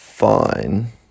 Fine